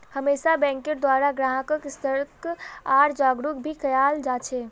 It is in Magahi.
हमेशा बैंकेर द्वारा ग्राहक्क सतर्क आर जागरूक भी कियाल जा छे